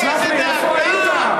מה אתה מוטרד?